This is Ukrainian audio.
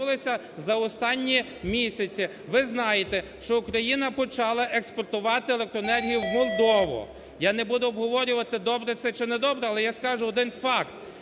за останні місяці, ви знаєте, що Україна почала експортувати електроенергію в Молдову. Я не буду обговорювати, добре це чи недобре, але я скажу один факт: